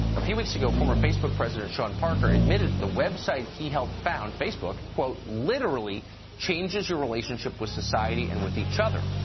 a few weeks ago former facebook president shawn parker admitted the website he helped found, facebook, literally changes your relationship with society and with each other.